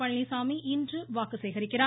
பழனிசாமி இன்று வாக்கு சேகரிக்கிறார்